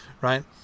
right